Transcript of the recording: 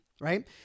right